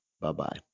bye-bye